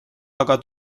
taga